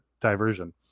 diversion